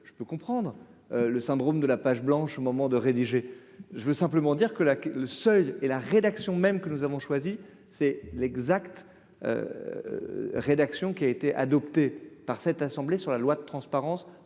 je peux comprendre le syndrome de la page blanche, au moment de rédiger, je veux simplement dire que la seuil et la rédaction même que nous avons choisi, c'est l'exact rédaction qui a été adopté par cette assemblée sur la loi de transparence